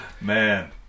Man